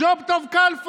ג'וב טוב כלפון,